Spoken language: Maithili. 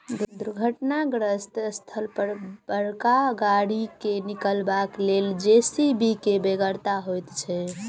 दुर्घटनाग्रस्त स्थल पर बड़का गाड़ी के निकालबाक लेल जे.सी.बी के बेगरता होइत छै